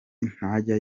ntajya